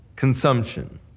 Consumption